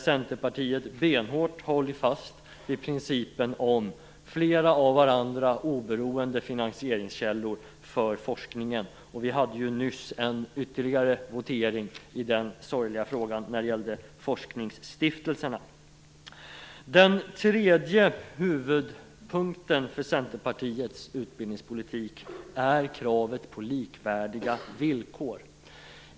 Centerpartiet har benhårt hållit fast vid principen om flera av varandra oberoende finansieringskällor för forskningen. Vi hade nyss ännu en votering i den sorgliga frågan om forskningsstiftelserna. Den tredje hörnstenen för Centerpartiets utbildningspolitik är kravet på likvärdiga villkor.